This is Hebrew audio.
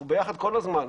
אנחנו ביחד כל הזמן,